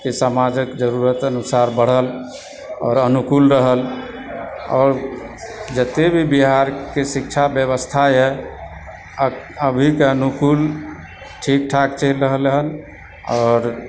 के समाजक जरुरत अनुसार बढ़ल आओर अनुकूल रहल आओर जतए भी बिहारके शिक्षा व्यवस्थाए अभीके अनुकूल ठीक ठाक चलि रहल हन आओर